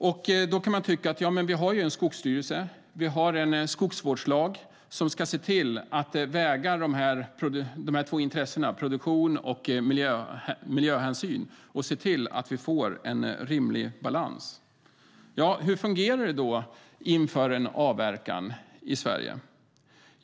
Man kan tycka att vi ju har en skogsstyrelse och en skogsvårdslag som ska se till att väga de två intressena, produktion och miljöhänsyn, och se till att vi får en rimlig balans. Hur fungerar det då inför en avverkning i Sverige?